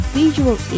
visual